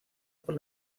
por